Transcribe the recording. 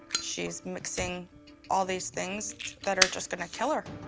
she's mixing all these things that are just gonna kill her.